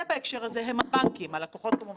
למעלה מעשר שנים לא מונתה ועדה.